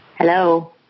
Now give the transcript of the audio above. Hello